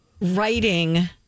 writing